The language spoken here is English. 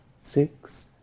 six